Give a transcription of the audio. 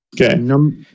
Okay